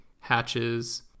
hatches